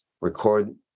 record